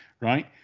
right